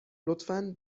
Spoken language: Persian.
لطفا